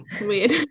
weird